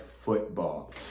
football